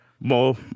more